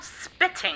Spitting